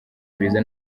ibiza